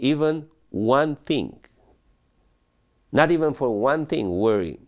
even one thing not even for one thing worry